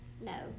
No